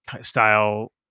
style